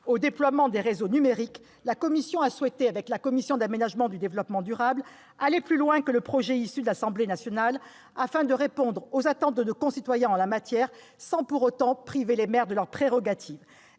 au déploiement des réseaux numériques, la commission a souhaité, avec la commission de l'aménagement du territoire et du développement durable, aller plus loin que le projet de loi issu de l'Assemblée nationale afin de répondre aux attentes de nos concitoyens en la matière, sans pour autant priver les maires de leurs prérogatives.